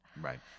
Right